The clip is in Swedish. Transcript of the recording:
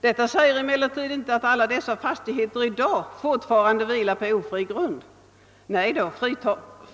Därmed är emellertid inte sagt, att alla dessa byggnader i dag fortfarande vilar på ofri grund.